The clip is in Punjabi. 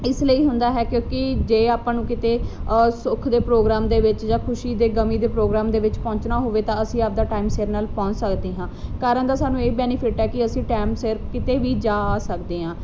ਇਸ ਲਈ ਹੁੰਦਾ ਹੈ ਕਿਉਂਕਿ ਜੇ ਆਪਾਂ ਨੂੰ ਕਿਤੇ ਸੁੱਖ ਦੇ ਪ੍ਰੋਗਰਾਮ ਦੇ ਵਿੱਚ ਜਾਂ ਖੁਸ਼ੀ ਦੇ ਗਮੀ ਦੇ ਪ੍ਰੋਗਰਾਮ ਦੇ ਵਿੱਚ ਪਹੁੰਚਣਾ ਹੋਵੇ ਤਾਂ ਅਸੀਂ ਆਪਣਾ ਟਾਈਮ ਸਿਰ ਪਹੁੰਚ ਸਕਦੇ ਹਾਂ ਕਾਰਾਂ ਦਾ ਸਾਨੂੰ ਇਹ ਬੈਨੀਫਿਟ ਹੈ ਕਿ ਅਸੀਂ ਟਾਈਮ ਸਿਰ ਕਿਤੇ ਵੀ ਜਾ ਆ ਸਕਦੇ ਹਾਂ